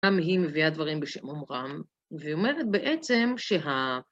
גם היא מביאה דברים בשם אומרם, והיא אומרת בעצם שה...